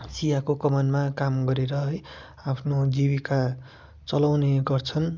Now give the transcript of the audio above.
चियाको कमानमा काम गरेर है आफ्नो जीविका चलाउने गर्छन्